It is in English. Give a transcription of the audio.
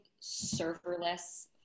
serverless